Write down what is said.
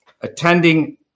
Attending